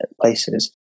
places